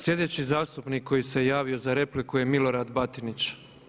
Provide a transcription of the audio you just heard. Sljedeći zastupnik koji se javio za repliku je Milorad Batinić.